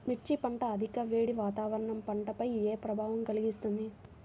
మిర్చి పంట అధిక వేడి వాతావరణం పంటపై ఏ ప్రభావం కలిగిస్తుంది?